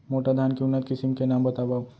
मोटा धान के उन्नत किसिम के नाम बतावव?